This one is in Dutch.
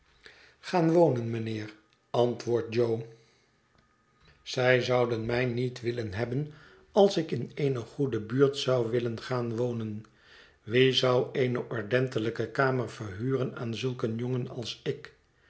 gaan wonen mijnheer antwoordt jo zij zouden mij niet willen hebben als ik in eene goede buurt zou willen gaan wonen wie zou eene ordentelijke kamer verhuren aan zulk een jongen als ik